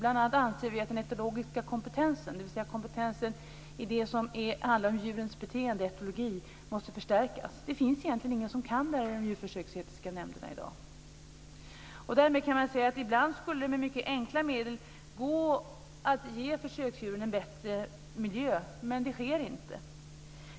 Vi anser bl.a. att den etologiska kompetensen, dvs. kompetensen i det som handlar om djurens beteende, etologi, måste förstärkas. Det finns egentligen ingen i de djurförsöksetiska nämnderna som kan det här i dag. Därmed kan man säga att det ibland med mycket enkla medel skulle gå att ge försöksdjuren en bättre miljö, men det sker inte.